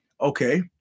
Okay